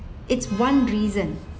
it's one reason